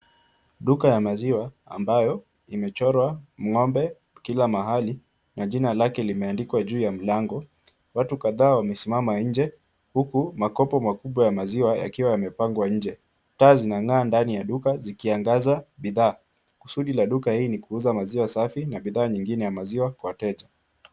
Duka ya maziwa ambayo imechorwa ng'ombe kila mahali na jina lake limeandikwa juu ya mlango. Watu kadhaa wamesimama nje huku makopo makubwa ya maziwa yakiwa yamepangwa nje. Taa zinang'aa ndani ya duka zikiangaza bidhaa. Kusudi la duka hii ni kuuza maziwa safi na bidhaa nyingine ya maziwa kwa wateja.